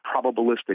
probabilistic